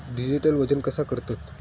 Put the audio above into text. Digital वजन कसा करतत?